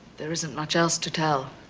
there isn't much else to tell.